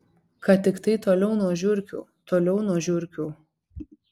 kad tiktai toliau nuo žiurkių toliau nuo žiurkių